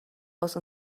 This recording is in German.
aus